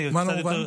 מה לא מובן?